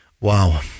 Wow